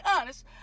honest